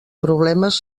problemes